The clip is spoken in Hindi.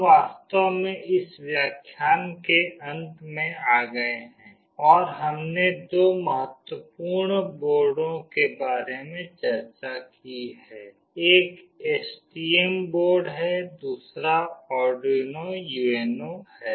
हम वास्तव में इस व्याख्यान के अंत में आ गए हैं और हमने दो महत्वपूर्ण बोर्डों के बारे में चर्चा की है एक एसटीएम बोर्ड है दूसरा अर्डुइनो यूएनओ है